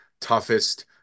toughest